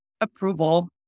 approval